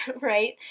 right